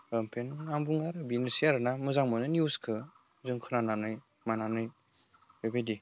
ओमफ्राय आं बुङो आरो बेनोसै आरोना मोजां मोनो निउसखो जों खोनानानै मानानै बेबायदि